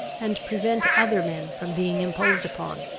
and prevent other men from being imposed upon,